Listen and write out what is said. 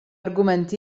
argument